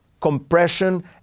compression